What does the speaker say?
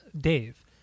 Dave